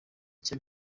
icyo